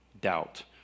doubt